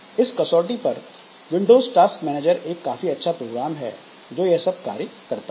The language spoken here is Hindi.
इस कसौटी पर विंडोज टास्क मैनेजर एक काफी अच्छा प्रोग्राम है जो यह सब कार्य करता है